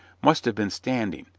must have been standing,